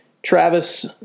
Travis